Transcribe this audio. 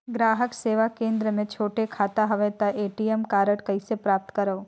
ग्राहक सेवा केंद्र मे छोटे खाता हवय त ए.टी.एम कारड कइसे प्राप्त करव?